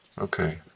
Okay